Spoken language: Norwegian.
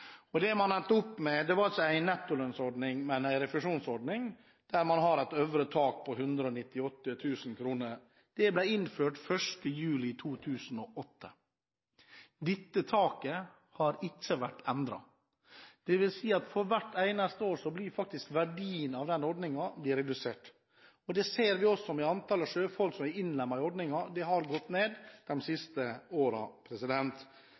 Det man endte opp med, var ikke en nettolønnsordning, men en refusjonsordning der man har et øvre tak på 198 000 kr. Det ble innført 1. juli 2008. Dette taket har ikke vært endret, dvs. at for hvert eneste år blir faktisk verdien av den ordningen redusert. Det ser vi også med antallet sjøfolk som er innlemmet i ordningen, det har gått ned